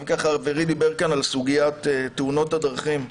חברי דיבר כאן על סוגיית תאונות הדרכים.